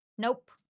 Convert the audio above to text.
Nope